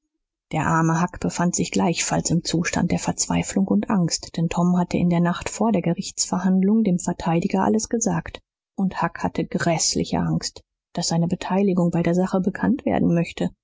der arme huck befand sich gleichfalls im zustand der verzweiflung und angst denn tom hatte in der nacht vor der gerichtsverhandlung dem verteidiger alles gesagt und huck hatte gräßliche angst daß seine beteiligung bei der sache bekannt werden möchte